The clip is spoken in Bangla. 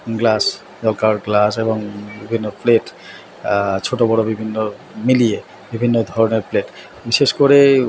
গ্লাস জল খাওয়ার গ্লাস এবং বিভিন্ন প্লেট ছোটো বড়ো বিভিন্ন মিলিয়ে বিভিন্ন ধরণের প্লেট বিশেষ করে